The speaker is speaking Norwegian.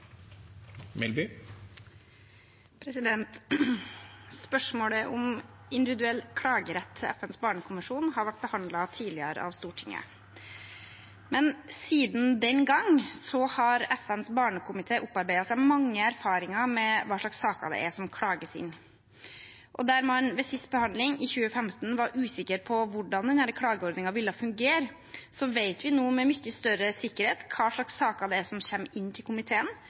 Spørsmålet om individuell klagerett etter FNs barnekonvensjon har vært behandlet tidligere av Stortinget, men siden den gang har FNs barnekomité opparbeidet seg mange erfaringer med hva slags saker det er som klages inn. Der man ved sist behandling i 2015 var usikker på hvordan denne klageordningen ville fungere, vet vi nå med mye større sikkerhet hva slags saker det er som kommer inn til komiteen,